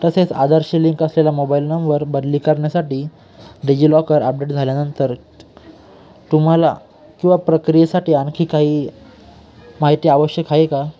तसेच आदर्श लिंक असलेला मोबाईल नंबर बदली करण्यासाठी डिजिलॉकर अपडेट झाल्यानंतर तुम्हाला किंवा प्रक्रियेसाठी आणखी काही माहिती आवश्यक आहे का